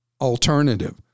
alternative